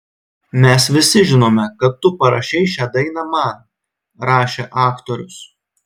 mes visi žinome kad tu parašei šią dainą man rašė aktorius